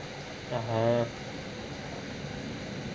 (uh huh)